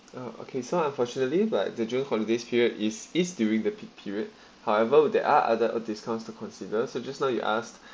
ah okay so unfortunately like the june holidays period is it's during the peak period however there are other discounts to consider so just now you asked